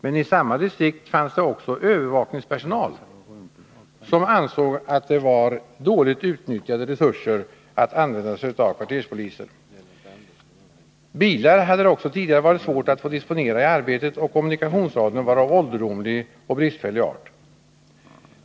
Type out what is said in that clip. Men i samma distrikt fanns det också övervakningspersonal som ansåg att det var dåligt utnyttjade resurser att använda sig av kvarterspoliser. Bilar hade det också tidigare varit svårt att få disponera i arbetet, och kommunikationsradion var 107 av ålderdomlig och bristfällig art.